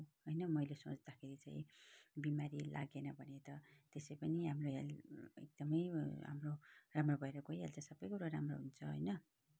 होइन मैले सोच्दाखेरि चाहिँ बिमारी लागेन भने त त्यसै पनि हाम्रो हेल्थ एकदमै हाम्रो राम्रो भएर गइहाल्छ सबै कुरा राम्रो हुन्छ होइन